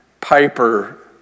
Piper